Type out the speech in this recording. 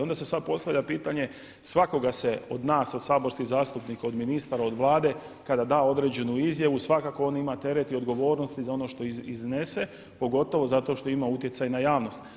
Onda se sada postavlja pitanje, svakoga se od nas od saborskih zastupnika, od ministara, od Vlade kada da određenu izjavu svakako on ima teret i odgovornost za ono što iznese pogotovo zato što ima utjecaj na javnost.